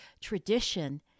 tradition